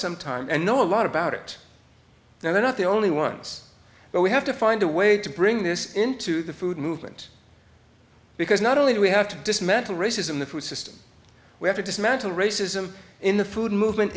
some time and know a lot about it now they're not the only ones but we have to find a way to bring this into the food movement because not only do we have to dismantle racism the food system we have to dismantle racism in the food movement